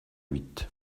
huit